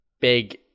big